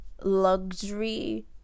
luxury